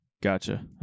Gotcha